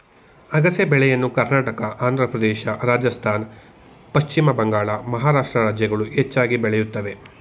ಅಗಸೆ ಬೆಳೆಯನ್ನ ಕರ್ನಾಟಕ, ಆಂಧ್ರಪ್ರದೇಶ, ರಾಜಸ್ಥಾನ್, ಪಶ್ಚಿಮ ಬಂಗಾಳ, ಮಹಾರಾಷ್ಟ್ರ ರಾಜ್ಯಗಳು ಹೆಚ್ಚಾಗಿ ಬೆಳೆಯುತ್ತವೆ